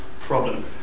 problem